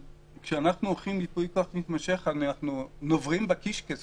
כשאנחנו הולכים לייפוי כוח מתמשך אנחנו נוברים בקישקס